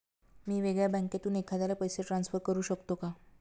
मी वेगळ्या बँकेतून एखाद्याला पैसे ट्रान्सफर करू शकतो का?